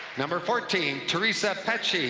number fourteen, teresa petsche.